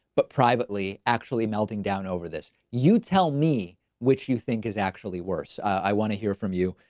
but privately actually, melting down over this? you tell me which you think is actually worse i wanna hear from you,